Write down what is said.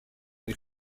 les